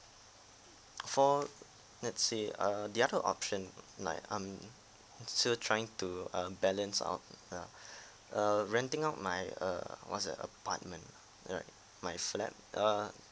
for let's say err the other option like I'm still trying to uh balance out uh err renting out my uh what's the apartment right my flat uh